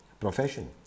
profession